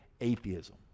atheism